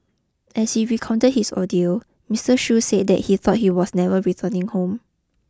as he recounted his ordeal Mister Shoo said that he thought he was never returning home